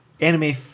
anime